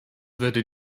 würde